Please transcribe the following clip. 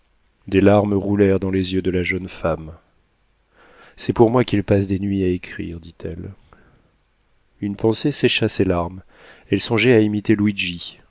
des larmes roulèrent dans les yeux de la jeune femme c'est pour moi qu'il passe les nuits à écrire dit-elle une pensée sécha ses larmes elle songeait à imiter